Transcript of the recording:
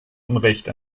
unrecht